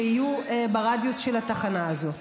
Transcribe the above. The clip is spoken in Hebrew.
שיהיו ברדיוס של התחנה הזאת.